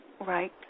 right